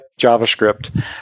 JavaScript